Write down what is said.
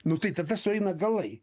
nu tai tada sueina galai